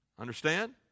Understand